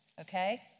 okay